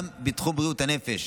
גם בתחום בריאות הנפש.